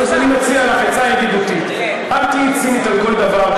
אני מציע לך עצה ידידותית: אל תהיי צינית על כל דבר.